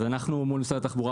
אנחנו מול משרד התחבורה,